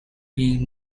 being